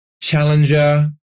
challenger